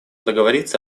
договориться